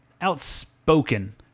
outspoken